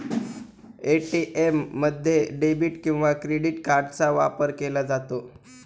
ATM मध्ये debit किंवा credit कार्डचा वापर केला जातो